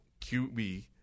QB